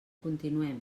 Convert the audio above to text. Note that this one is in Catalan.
continuem